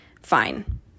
Fine